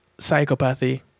psychopathy